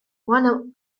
one